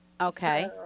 Okay